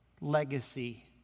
legacy